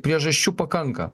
priežasčių pakanka